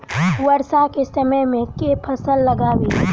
वर्षा केँ समय मे केँ फसल लगाबी?